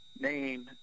name